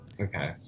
Okay